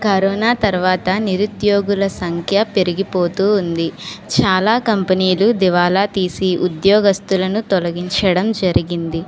corona తర్వాత నిరుద్యోగుల సంఖ్య పెరిగిపోతు ఉంది చాలా కంపెనీలు దివాలా తీసి ఉద్యోగస్తులను తొలగించడం జరిగింది